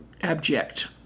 abject